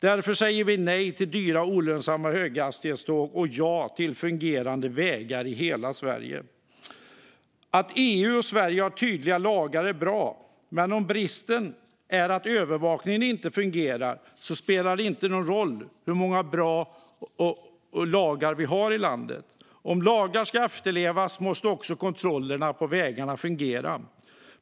Därför säger vi nej till dyra och olönsamma höghastighetståg och ja till fungerande vägar i hela Sverige. Att EU och Sverige har tydliga lagar är bra, men om det brister i hur övervakningen fungerar spelar det ju ingen roll hur många bra lagar vi har i landet. Om lagar ska efterlevas måste också kontrollerna på vägarna fungera.